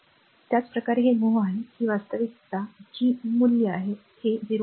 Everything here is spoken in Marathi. तसेच फक्त धरून रहा त्याचप्रकारे हे mho आहे ही वास्तविकता G मूल्य आहे हे 0